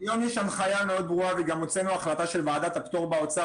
היום יש הנחיה מאוד ברורה וגם הוצאנו החלטה של ועדת הפטור באוצר